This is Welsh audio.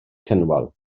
cynwal